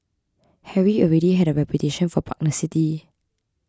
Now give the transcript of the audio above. Harry already had a reputation for pugnacity